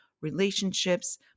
relationships